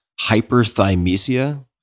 hyperthymesia